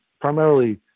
primarily